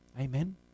Amen